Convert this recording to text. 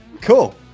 Cool